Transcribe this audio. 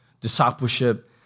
Discipleship